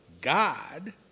God